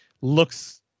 looks